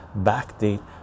backdate